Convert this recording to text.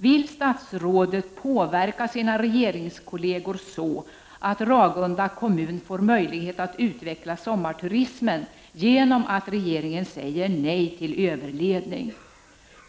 Vill statsrådet påverka sina regeringskolleger så, att Ragunda kommun får möjlighet att utveckla sommarturismen genom att regeringen säger nej till överledning?